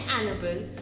Annabelle